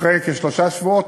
אחרי כשלושה שבועות,